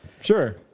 Sure